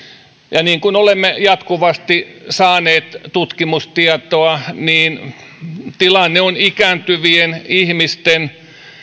ja niin kuin olemme jatkuvasti saaneet tutkimustietoa tilanne on ikääntyvien ihmisten